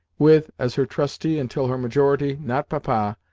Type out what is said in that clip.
with, as her trustee until her majority, not papa,